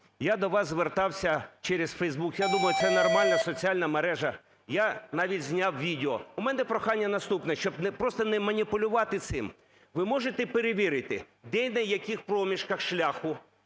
Я до вас звертався через Facebook, я думаю, це нормальна соціальна мережа, я навіть зняв відео. У мене прохання наступне, щоб просто не маніпулювати цим: ви можете перевірити, де і на яких проміжках шляху